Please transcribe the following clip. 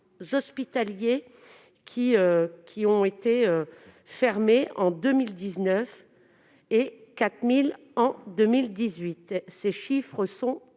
hospitaliers qui ont été fermés en 2019 et quatre mille en 2018. Ces chiffres sont